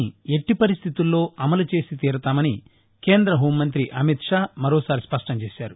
ని ఎట్టి పరిస్టితుల్లో అమలు చేసి తీరతామని కేంద్ర హోం మంత్రి అమిత్షా మరొక సారి స్పష్ణం చేశారు